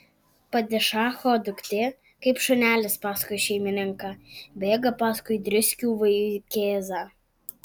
padišacho duktė kaip šunelis paskui šeimininką bėga paskui driskių vaikėzą